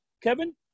Kevin